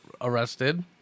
arrested